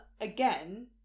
again